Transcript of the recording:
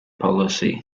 policy